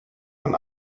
von